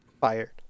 Fired